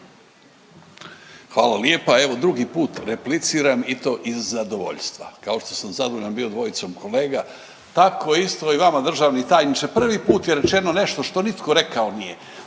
Hvala lijepa. Evo drugi put repliciram i to iz zadovoljstva. Kao što sam zadovoljan bio dvojicom kolega tako isto i vama državni tajniče prvi put je rečeno nešto što nitko rekao nije,